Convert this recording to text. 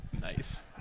Nice